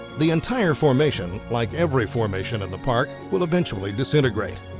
the entire formation, like every formation in the park, will eventually disintegrate.